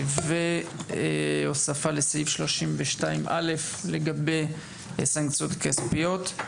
והוספה לסעיף 32א לגבי סנקציות כספיות.